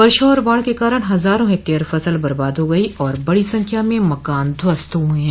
वर्षा और बाढ़ के कारण हजारों हेक्टेयर फसल बर्बाद हो गई और बड़ी संख्या में मकान ध्वस्त हुए हैं